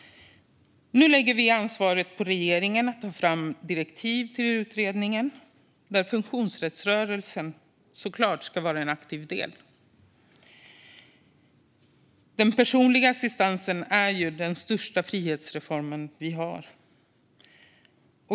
Nu lägger vi ansvaret på regeringen att ta fram direktiv till utredningen, där funktionsrättsrörelsen såklart ska vara en aktiv del. Den personliga assistansen är den största frihetsreform vi har.